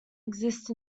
exist